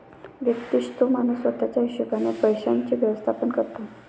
व्यक्तिशः तो माणूस स्वतः च्या हिशोबाने पैशांचे व्यवस्थापन करतो